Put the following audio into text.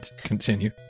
Continue